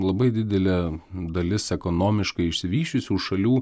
labai didelė dalis ekonomiškai išsivysčiusių šalių